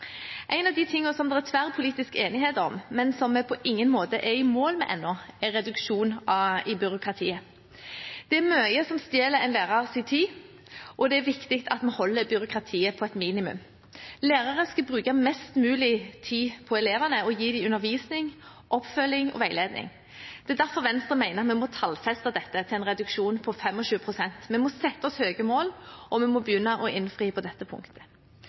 En av de tingene som det er tverrpolitisk enighet om, men som vi på ingen måte er i mål med ennå, er reduksjon i byråkratiet. Det er mye som stjeler en lærers tid, og det er viktig at vi holder byråkratiet på et minimum. Lærere skal bruke mest mulig tid på elevene og gi dem undervisning, oppfølging og veiledning. Det er derfor Venstre mener at vi må tallfeste dette til en reduksjon på 25 pst. Vi må sette oss høye mål, og vi må begynne å innfri på dette punktet.